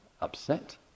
upset